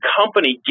company